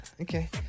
Okay